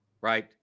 right